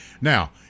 Now